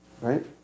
Right